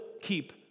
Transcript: keep